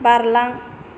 बारलां